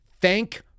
Thank